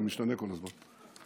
זה משתנה כל הזמן,